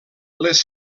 les